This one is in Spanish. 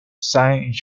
saint